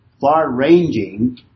far-ranging